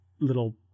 little